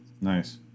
nice